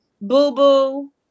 boo-boo